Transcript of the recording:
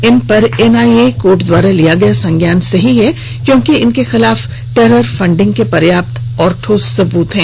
इस पर NIA court द्वारा लिया गया संज्ञान सही है क्योंकि इनके खिलाफ टेरर फंडिंग के पर्याप्त एवं ठोस सबूत है